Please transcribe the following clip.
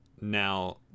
now